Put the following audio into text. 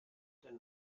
dein